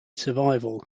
survival